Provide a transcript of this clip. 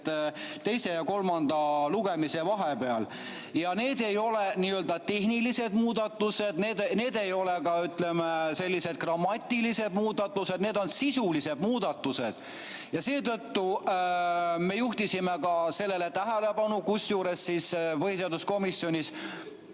teise ja kolmanda lugemise vahepeal lubamatu. Need ei ole n‑ö tehnilised muudatused, need ei ole ka, ütleme, grammatilised muudatused, need on sisulised muudatused. Seetõttu me juhtisime ka sellele tähelepanu, kusjuures põhiseaduskomisjonis